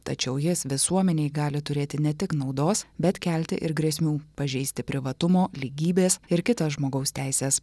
tačiau jis visuomenei gali turėti ne tik naudos bet kelti ir grėsmių pažeisti privatumo lygybės ir kitas žmogaus teises